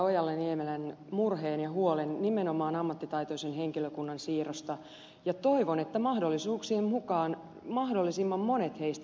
ojala niemelän murheen ja huolen nimenomaan ammattitaitoisen henkilökunnan siirrosta ja toivon että mahdollisuuksien mukaan mahdollisimman monet heistä siirtyvät